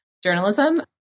journalism